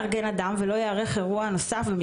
מגבלות על קיום אירועים נוספים לא יארגן אדם